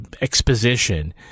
exposition